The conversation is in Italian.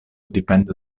dipende